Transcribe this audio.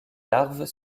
larves